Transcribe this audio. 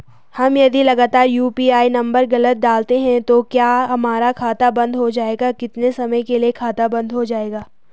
हम यदि लगातार यु.पी.आई नम्बर गलत डालते हैं तो क्या हमारा खाता बन्द हो जाएगा कितने समय के लिए खाता बन्द हो जाएगा?